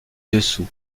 dessous